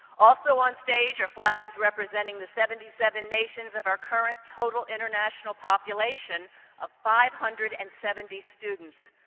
also on stage are flags representing the seventy seven nations of our current total international population of five hundred and seventy students.